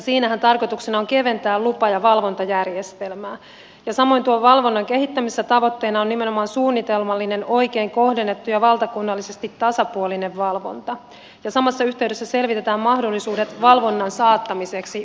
siinähän tarkoituksena on keventää lupa ja valvontajärjestelmää ja samoin tuon valvonnan kehittämisen tavoitteena on nimenomaan suunnitelmallinen oikein kohdennettu ja valtakunnallisesti tasapuolinen valvonta ja samassa yhteydessä selvitetään mahdollisuudet valvonnan saattamiseksi maksulliseksi